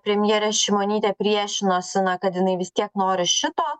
premjerė šimonytė priešinosi kad jinai vis tiek nori šito